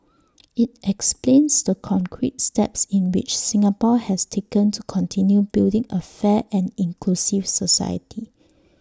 IT explains the concrete steps in which Singapore has taken to continue building A fair and inclusive society